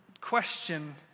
question